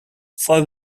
for